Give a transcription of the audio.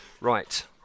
Right